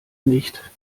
nicht